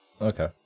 Okay